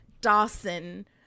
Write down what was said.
Dawson